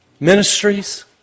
Ministries